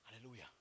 Hallelujah